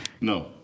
No